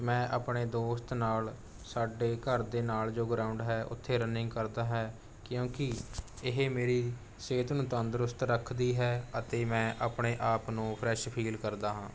ਮੈਂ ਆਪਣੇ ਦੋਸਤ ਨਾਲ ਸਾਡੇ ਘਰ ਦੇ ਨਾਲ ਜੋ ਗਰਾਊਂਡ ਹੈ ਉੱਥੇ ਰਨਿੰਗ ਕਰਦਾ ਹੈ ਕਿਉਂਕਿ ਇਹ ਮੇਰੀ ਸਿਹਤ ਨੂੰ ਤੰਦਰੁਸਤ ਰੱਖਦੀ ਹੈ ਅਤੇ ਮੈਂ ਆਪਣੇ ਆਪ ਨੂੰ ਫ਼ਰੈੱਸ਼ ਫ਼ੀਲ ਕਰਦਾ ਹਾਂ